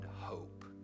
hope